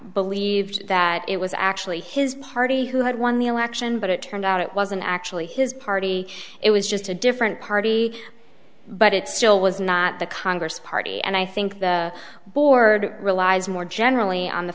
believed that it was actually his party who had won the election but it turned out it wasn't actually his party it was just a different party but it still was not the congress party and i think the board relies more generally on the